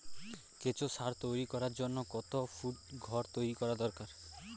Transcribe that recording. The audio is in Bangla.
কেঁচো সার তৈরি করার জন্য কত ফুট ঘর তৈরি করা দরকার?